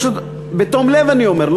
בתום לב אני אומר,